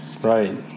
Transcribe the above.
Right